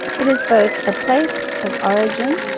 it is both a place of origin,